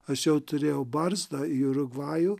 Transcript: aš jau turėjau barzdą į urugvajų